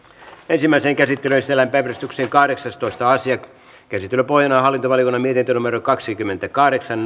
ensimmäiseen käsittelyyn esitellään päiväjärjestyksen kahdeksastoista asia käsittelyn pohjana on hallintovaliokunnan mietintö kaksikymmentäkahdeksan